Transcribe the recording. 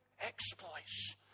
exploits